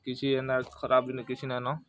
କିଛି ଏନ୍ତା ଖରାପ କିଛି ନେନ